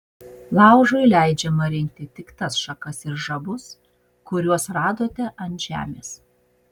laužui leidžiama rinkti tik tas šakas ir žabus kuriuos radote ant žemės